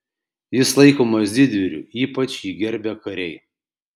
jis laikomas didvyriu ypač jį gerbia kariai